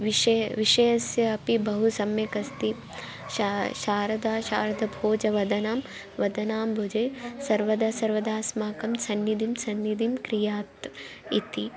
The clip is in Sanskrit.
विषयः विषयस्य अपि बहु सम्यक् अस्ति शा शारदा शारदाम्भोजवदना वदनाम्भुजे सर्वदा सर्वदास्माकं सन्निधिः सन्निधिं क्रियात् इति